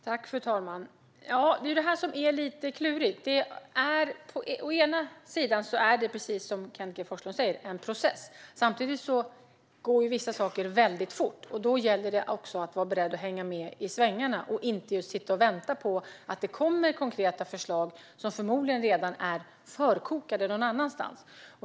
Fru talman! Det är detta som är lite klurigt. Å ena sidan är det, precis som Kenneth G Forslund säger, en process. Å andra sidan går vissa saker fort, och då gäller det att vara beredd att hänga med i svängarna och inte sitta och vänta på konkreta förslag som förmodligen redan är förkokade någon annanstans.